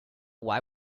why